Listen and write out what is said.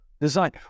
design